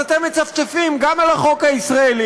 אז אתם מצפצפים גם על החוק הישראלי,